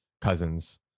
cousins